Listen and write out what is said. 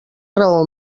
raó